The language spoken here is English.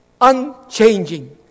unchanging